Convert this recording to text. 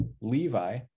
Levi